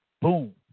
Boom